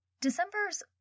December's